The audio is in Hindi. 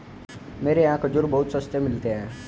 मेरे यहाँ खजूर बहुत सस्ते मिलते हैं